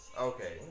Okay